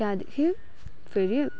त्यहाँदेखि फेरि